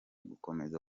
gukomeza